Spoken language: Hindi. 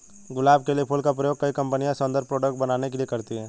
गुलाब के फूल का प्रयोग कई कंपनिया सौन्दर्य प्रोडेक्ट बनाने के लिए करती है